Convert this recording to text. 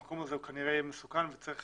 המקום הזה כנראה מסוכן וצריך